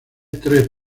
tres